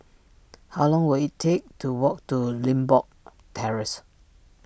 how long will it take to walk to Limbok Terrace